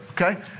okay